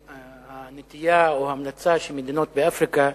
הנטייה או ההמלצה של מדינות באפריקה,